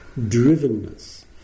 drivenness